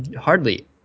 hardly